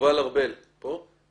יובל ארבל, פה?